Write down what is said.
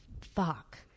Fuck